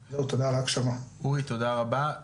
אורי תודה רבה.